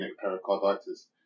pericarditis